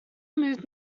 moved